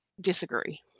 disagree